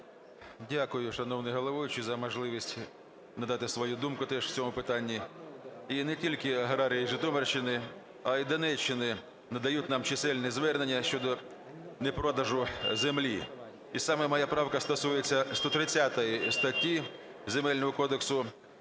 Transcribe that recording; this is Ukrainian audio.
Дякую, шановний головуючий, за можливість надати свою думку теж в цьому питанні. І не тільки аграрії Житомирщини, а і Донеччини надають нам чисельні звернення щодо непродажу землі. І саме моя правка стосується 130 статті Земельного кодексу.